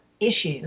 issues